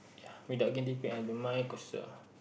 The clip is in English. without getting paid I don't mind cause